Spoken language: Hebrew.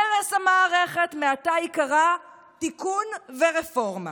הרס המערכת מעתה ייקרא תיקון ורפורמה,